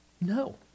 No